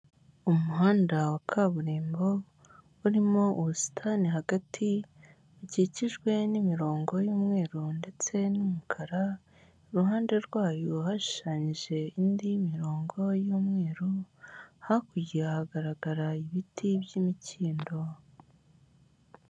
Umuhanda wa kaburimbo urimo ubusitani hagati bukikijwe n'imirongo y'umweru ndetse n'umukara, mu ruhande rwayo hashushanyije indi mirongo y'umweru, hakurya hagaragara ibiti by'imikindo.